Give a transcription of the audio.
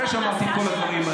אני אגיד לכם מה קרה פתאום.